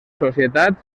societats